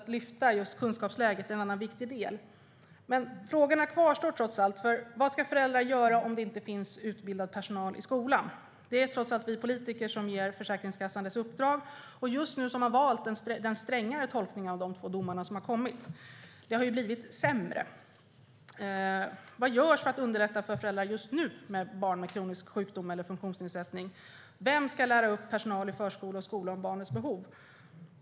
Att lyfta fram just kunskapsläget är alltså en viktig del. Frågorna kvarstår. Vad ska föräldrar göra om det inte finns utbildad personal i skolan? Det är trots allt vi politiker som ger Försäkringskassan dess uppdrag. Och just nu har man valt den strängare tolkningen av de två domar som har kommit. Det har blivit sämre. Vad görs för att just nu underlätta för föräldrar till barn med kronisk sjukdom eller funktionsnedsättning? Vem ska lära upp personal i förskola och skola om barnets behov?